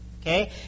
Okay